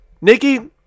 Nikki